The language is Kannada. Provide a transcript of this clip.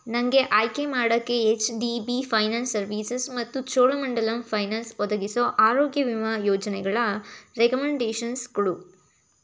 ನನಗೆ ಆಯ್ಕೆ ಮಾಡೋಕ್ಕೆ H D B finance services ಮತ್ತು ಚೋಳಂ ಮಂಡಲಂ ಫೈನಾನ್ಸ್ ಒದಗಿಸೋ ಆರೋಗ್ಯ ವಿಮಾ ಯೋಜನೆಗಳ ರೆಕಮಂಡೇಶನ್ಸ್ ಕೊಡು